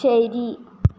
ശരി